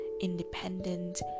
independent